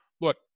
Look